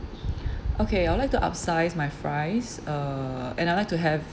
okay I'd like to upsize my fries uh and I'd like to have